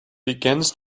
begins